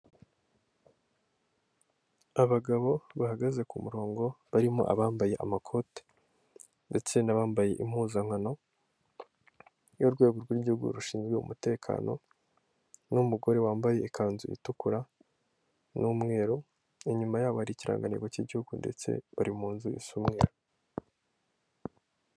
Abagabo bahagaze k'umurongo barimo abambaye amakoti ndetse n'abambaye impuzangano y'urwego rw'igihugu rushinzwe umutekano, n'umugore wambaye ikanzu itukura n'umweru inyuma yabo ari ikiranganihigo cy'igihugu ndetse bari mu nzu isa umweru.